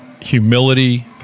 humility